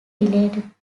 delayed